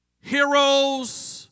heroes